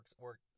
works